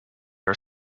are